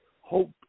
Hope